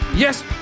Yes